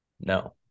No